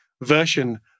version